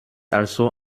also